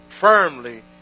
firmly